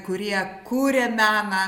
kurie kuria meną